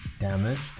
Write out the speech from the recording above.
damaged